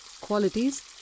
qualities